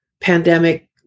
pandemic